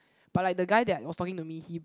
but like the guy that was talking to me he